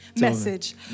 Message